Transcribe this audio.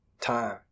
time